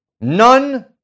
none